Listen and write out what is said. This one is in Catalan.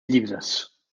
llibres